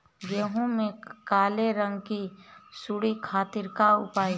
गेहूँ में काले रंग की सूड़ी खातिर का उपाय बा?